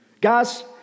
Guys